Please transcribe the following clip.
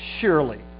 Surely